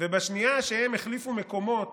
ובשנייה שהם החליפו מקומות,